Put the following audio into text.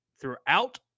throughout